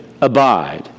abide